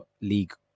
League